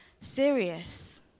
serious